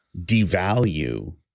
devalue